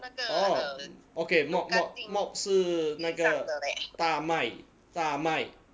orh okay malt malt malt 是那个大麦大麦